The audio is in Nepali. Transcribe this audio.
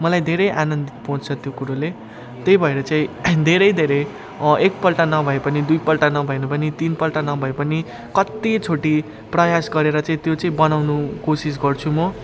मलाई धेरै आनन्दित पाउँछ त्यो कुरोले त्यही भएर चाहिँ धेरै धेरै एकपल्ट नभए पनि दुईपल्ट नभए पनि तिनपल्ट नभए पनि कत्तिचोटि प्रयास गरेर चाहिँ त्यो चाहिँ बनाउनु कोसिस गर्छु म